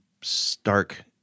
stark